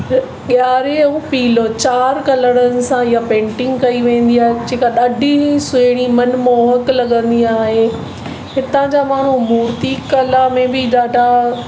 च ॻाड़े ऐं पीलो चारि कलरनि सां इहा पेंटिंग कई वेंदी आहे जेका ॾाढी सुहिणी मनमोहक लॻंदी आहे हितां जा माण्हू मूर्ति कला में बि ॾाढा